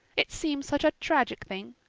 it seems such a tragic thing.